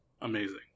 amazing